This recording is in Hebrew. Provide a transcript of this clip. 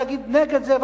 ואני אגיד נגד זה,